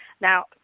Now